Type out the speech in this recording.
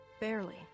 Barely